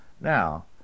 Now